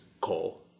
coal